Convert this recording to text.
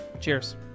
Cheers